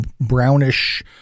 brownish